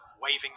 waving